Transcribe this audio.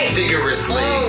vigorously